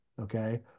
Okay